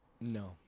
No